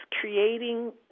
creating